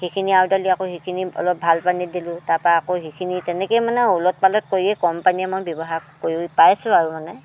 সেইখিনি আওদালি আকৌ সেইখিনি অলপ ভাল পানীত দিলোঁ তাৰপৰা আকৌ সেইখিনি তেনেকৈয়ে মানে ওলট পালট কৰিয়ে কম পানীয়ে মই ব্যৱহাৰ কৰি পাইছোঁ আৰু মানে